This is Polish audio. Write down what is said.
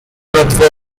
twoje